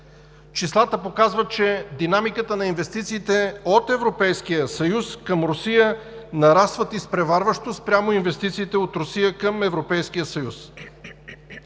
Числата показват, че динамиката на инвестициите от Европейския съюз към Русия нарастват изпреварващо спрямо инвестициите от Русия към Европейския съюз.